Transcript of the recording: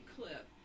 clip